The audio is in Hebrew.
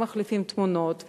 מחליפים תמונות,